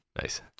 Nice